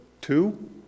Two